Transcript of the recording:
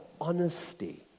honesty